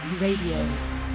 Radio